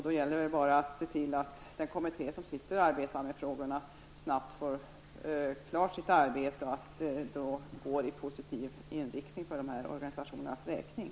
Då gäller det bara att se till att den kommitté som arbetar med frågorna snabbt blir klar med sitt arbete och att resultatet går i en för organisationerna positiv riktning.